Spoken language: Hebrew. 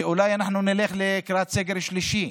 ואולי אנחנו נלך לקראת סגר שלישי,